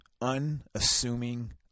unassuming